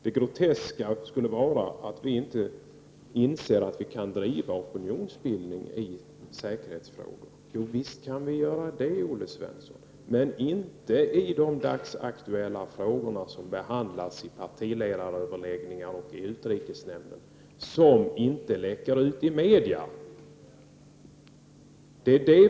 Det groteska skulle ligga i att vi inte inser att vi kan driva opinionsbildning i säkerhetsfrågor. Visst kan vi göra det, Olle Svensson. Men vi kan inte göra det i de dagsaktuella frågor som behandlas vid partiledaröverläggningar och i utrikesnämnden och som inte läcker ut i media.